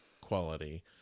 quality